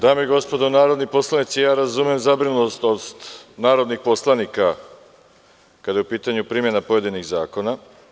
Dame i gospodo narodni poslanici, razumem zabrinutost narodnih poslanika kada je upitanju primena pojedinih zakona.